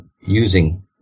using